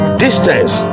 distance